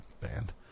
band